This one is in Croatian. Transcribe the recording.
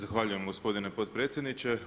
Zahvaljujem gospodine potpredsjedniče.